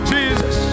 Jesus